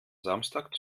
samstag